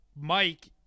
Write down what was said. Mike